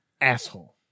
asshole